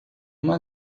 uma